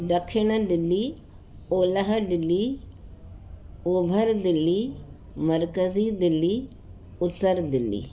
ॾखिण दिल्ली ओलह दिल्ली ओभर दिल्ली मर्कज़ी दिल्ली उत्तर दिल्ली